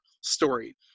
story